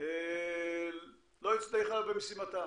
לא הצליחה במשימתה.